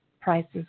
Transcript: prices